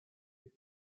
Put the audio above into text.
est